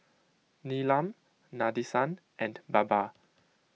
Neelam Nadesan and Baba